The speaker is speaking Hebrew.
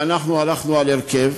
ואנחנו הלכנו על הרכב.